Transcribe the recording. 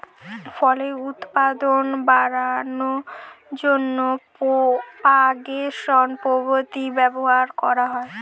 ফলের উৎপাদন বাড়ানোর জন্য প্রোপাগেশন পদ্ধতি ব্যবহার করা হয়